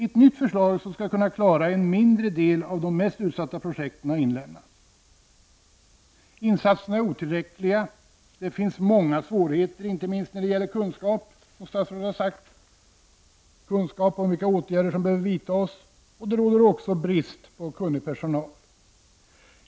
Ett nytt förslag som innebär att man skall kunna klara en mindre del av de mest utsatta projekten har inlämnats. Insatserna är otillräckliga. Det finns många svårigheter, inte minst när det gäller kunskap om vilka åtgärder som behöver vidtas, som statsrådet har sagt. Det råder också brist på kunnig personal.